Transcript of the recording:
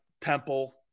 Temple